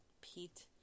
Pete